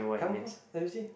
come come let me see